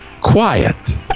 quiet